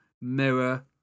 mirror